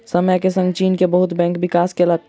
समय के संग चीन के बहुत बैंक विकास केलक